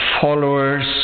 followers